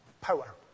power